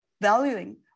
valuing